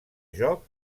joc